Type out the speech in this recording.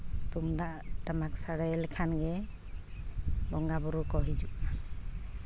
ᱛᱩᱢᱫᱟᱜ ᱴᱟᱢᱟᱠ ᱥᱟᱰᱮ ᱞᱮᱠᱷᱟᱱ ᱜᱮ ᱵᱚᱸᱜᱟᱼᱵᱩᱨᱩ ᱠᱚ ᱦᱤᱡᱩᱜᱼᱟ